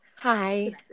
hi